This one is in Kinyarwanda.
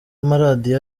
amaradiyo